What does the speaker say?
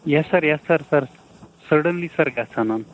یَس sir yes sir sir suddenly sir گَژھان